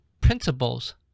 principles